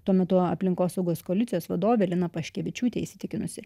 tuo metu aplinkosaugos koalicijos vadovė lina paškevičiūtė įsitikinusi